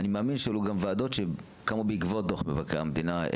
אני מאמין שאלה ועדות שגם קמו בעקבות דוח מבקר המדינה.